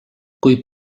kui